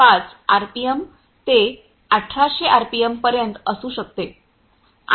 5 RPM ते 1800 RPM पर्यंत असू शकते